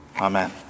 Amen